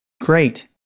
great